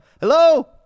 Hello